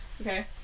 Okay